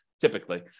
typically